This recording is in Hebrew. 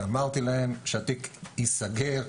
ואמרתי להם שהתיק ייסגר.